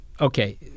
Okay